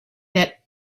that